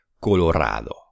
colorado